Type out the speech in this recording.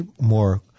more